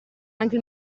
anche